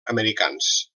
americans